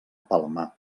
palmar